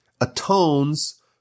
atones